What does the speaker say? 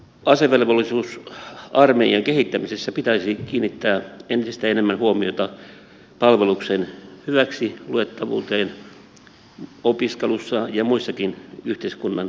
mutta asevelvollisuusarmeijan kehittämisessä pitäisi kiinnittää entistä enemmän huomiota palveluksen hyväksiluettavuuteen opiskelussa ja muissakin yhteiskunnan tehtävissä